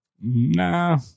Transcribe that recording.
Nah